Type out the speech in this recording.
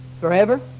forever